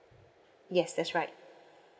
yes that's right